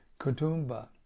Kutumba